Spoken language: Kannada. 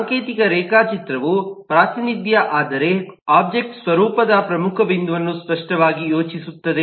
ಸಾಂಕೇತಿಕ ರೇಖಾಚಿತ್ರವು ಪ್ರಾತಿನಿಧ್ಯ ಆದರೆ ಒಬ್ಜೆಕ್ಟ್ನ ಸ್ವರೂಪದ ಪ್ರಮುಖ ಬಿಂದುವನ್ನು ಸ್ಪಷ್ಟವಾಗಿ ಯೋಚಿಸುತ್ತದೆ